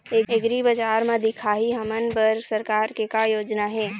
एग्रीबजार म दिखाही हमन बर सरकार के का योजना हे?